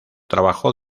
trabajó